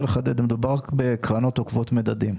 רוצה לחדד, מדובר בקרנות עוקבות מדדים.